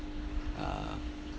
uh